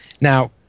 Now